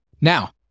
Now